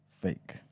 fake